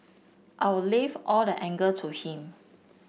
I'll leave all the anger to him